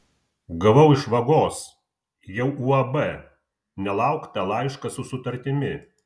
gavau iš vagos jau uab nelauktą laišką su sutartimi